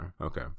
okay